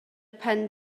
pen